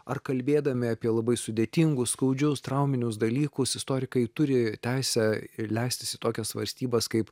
ar kalbėdami apie labai sudėtingus skaudžius trauminius dalykus istorikai turi teisę ir leistis į tokias svarstybas kaip